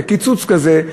בקיצוץ כזה,